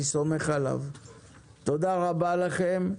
תודה רבה לכם.